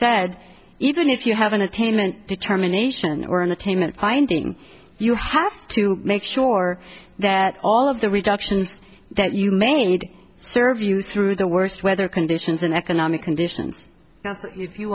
said even if you have an attainment determination or an attainment finding you have to make sure that all of the reductions that you may need serve you through the worst weather conditions and economic conditions if you